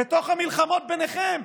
בתוך המלחמות ביניכם,